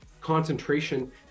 concentration